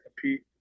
compete